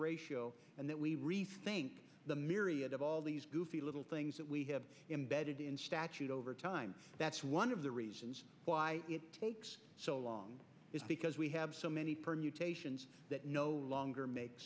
ratio and that we rethink the myriad of all these goofy little things that we have embedded in statute over time that's one of the reasons why it takes so long is because we have so many permutations that no longer makes